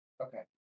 Okay